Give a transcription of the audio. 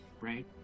right